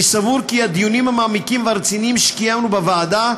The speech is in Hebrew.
אני סבור כי הדיונים המעמיקים והרציניים שקיימנו בוועדה,